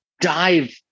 Dive